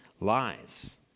lies